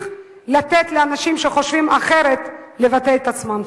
לתת לאנשים שחושבים אחרת לבטא את עצמם.